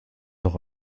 noch